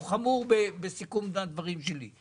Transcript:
הוא חמור בסיכום הדברים שלי.